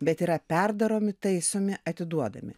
bet yra perdaromi taisomi atiduodami